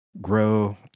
grow